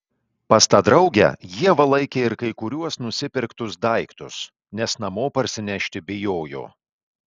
pas tą draugę ieva laikė ir kai kuriuos nusipirktus daiktus nes namo parsinešti bijojo